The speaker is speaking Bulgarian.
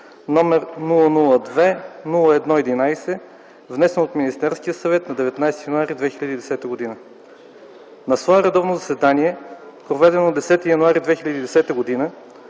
№ 002-01-11, внесен от Министерския съвет на 19 януари 2010 г. На свое редовно заседание, проведено на 10 януари 2010 г.,